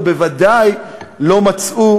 ובוודאי לא מצאו,